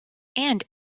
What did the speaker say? and